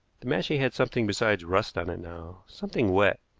the mashie had something besides rust on it now, something wet,